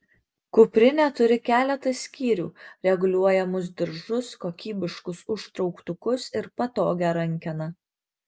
kuprinė turi keletą skyrių reguliuojamus diržus kokybiškus užtrauktukus ir patogią rankeną